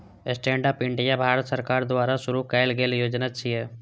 stand up India Bharat सरकार द्वारा शुरू कैल गेल योजना छियै